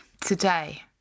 Today